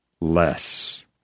less